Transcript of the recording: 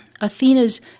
Athena's